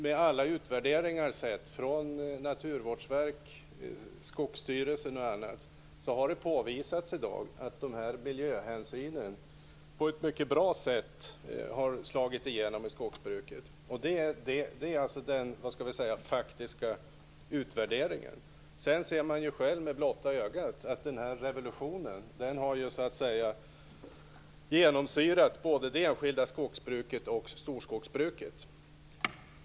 Genom alla utvärderingar från Naturvårdsverket, Skogsstyrelsen och andra har det påvisats att dessa miljöhänsyn på ett mycket bra sätt har slagit igenom i skogsbruket. Det är alltså den faktiska utvärderingen. Sedan ser man själv med blotta ögat att den här revolutionen har genomsyrat både det enskilda skogsbruket och storskogsbruket.